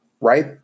right